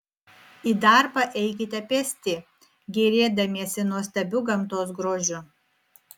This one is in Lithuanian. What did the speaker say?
į darbą eikite pėsti gėrėdamiesi nuostabiu gamtos grožiu